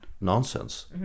nonsense